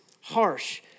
harsh